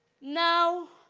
now